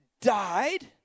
died